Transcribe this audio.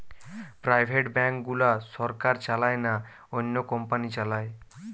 private bank গুলা সরকার চালায় না, অন্য কোম্পানি চালায়